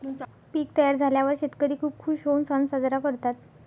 पीक तयार झाल्यावर शेतकरी खूप खूश होऊन सण साजरा करतात